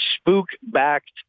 spook-backed